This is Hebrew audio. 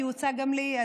כי היא הוצעה גם לי.